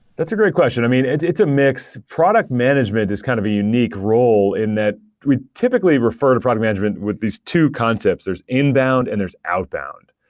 that's a great question. i mean, it's it's a mix. product management is kind of a unique role and that we typically refer to product management with these two concepts. there's inbound and there's outbound.